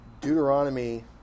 Deuteronomy